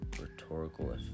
rhetorical